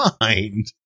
mind